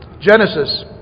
Genesis